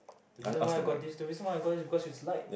the reason why I got this the reason why I got this because she's light